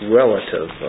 relative